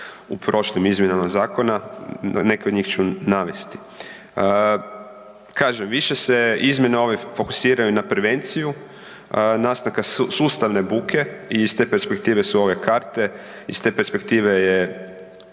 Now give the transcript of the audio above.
u prošlim izmjenama zakona, neke od njih ću navesti. Kažem, više se izmjene ove fokusiraju na prevenciju nastavka sustavne buke i iz te perspektive su ove karte, iz te perspektive je